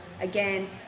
again